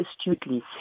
astutely